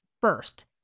first